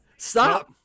Stop